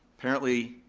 apparently,